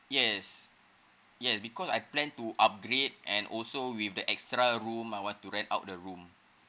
yes yes because I plan to upgrade and also with the extra room I want to rent out the room